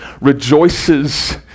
rejoices